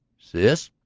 sis,